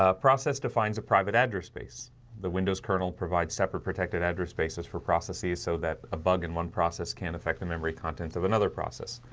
ah process defines a private address space the windows kernel provides separate protected address space for processes so that a bug in one process can't affect the memory contents of another process